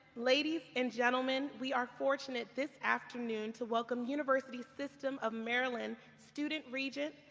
ladies and gentlemen, we are fortunate this afternoon to welcome university system of maryland student regent,